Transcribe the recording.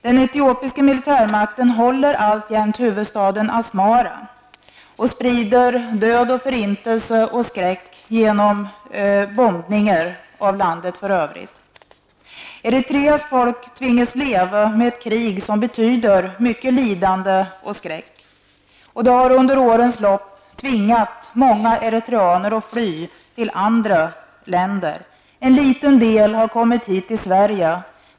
Den etiopiska militärmakten håller alltjämt huvudstaden Asmara och sprider död, förintelse och skräck genom bombningar av landet i övrigt. Erireas folk tvingas leva med ett krig som betyder mycket lidande och skräck. Och det har under årens lopp tvingat många eritreaner att fly till andra länder. En liten del har kommit hit till Sverige.